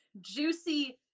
juicy